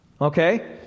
Okay